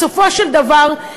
בסופו של דבר,